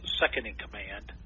second-in-command